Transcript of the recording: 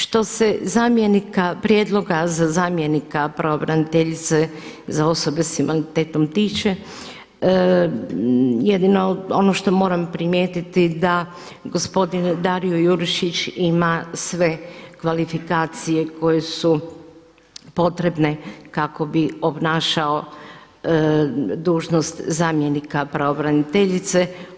Što se zamjenika, prijedloga za zamjenika pravobraniteljice za osobe s invaliditetom tiče jedino ono što moram primijetiti da gospodin Dario Jurišić ima sve kvalifikacije koje su potrebne kako bi obnašao dužnost zamjenika pravobraniteljice.